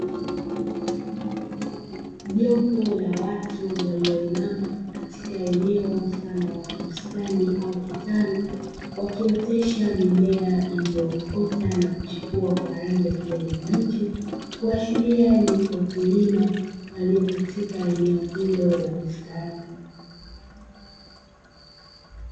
Jopo la watu walioinama katika eneo mfano wa bustani au kitalu wakiotesha mimea iliyoota na kuchipua kwa rangi ya kijani kibichi, kuashiria ni wakulima walio katika eneo hilo la bustani.